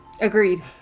Agreed